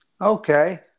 Okay